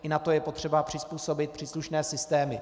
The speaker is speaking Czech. I na to je potřeba přizpůsobit příslušné systémy.